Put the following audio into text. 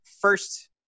first